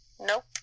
Nope